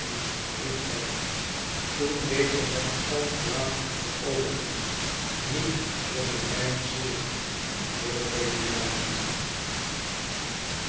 toen deze met een kalm gelaat achteroverzonk niet zonder mijn zegen na zoovele jaren